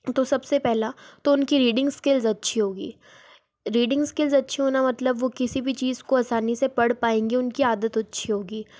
तो सब से पहले तो उनकी रीडिंग स्किल्स अच्छी होगी रीडिंग स्किल्स अच्छी होना मतलब वो किसी भी चीज़ को आसानी से पढ़ पाएंगे उनकी आदत अच्छी होगी